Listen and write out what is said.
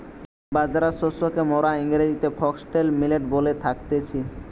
বাজরা শস্যকে মোরা ইংরেজিতে ফক্সটেল মিলেট বলে থাকতেছি